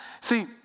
See